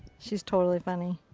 she's totally funny.